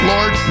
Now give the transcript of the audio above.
Lord